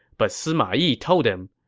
but sima yi told him,